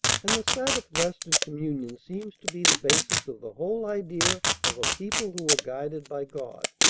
and the sabbath rest and communion seems to be the basis of the whole idea of a people who were guided by god.